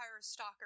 stalker